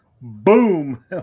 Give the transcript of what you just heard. boom